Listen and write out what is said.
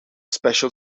special